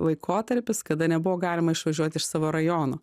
laikotarpis kada nebuvo galima išvažiuoti iš savo rajono